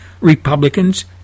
Republicans